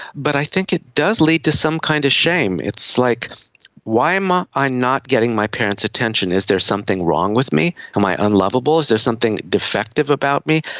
but i think it does lead to some kind of shame. it's like why am ah i not getting my parents' attention? is there something wrong with me? am i unlovable, is there something defective about me?